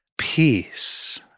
Peace